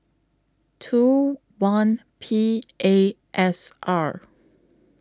two one P A S R